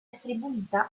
attribuita